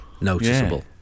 noticeable